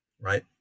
right